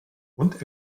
und